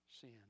sin